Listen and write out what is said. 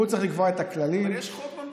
הוא צריך לקבוע את הכללים, אבל יש חוק במדינה.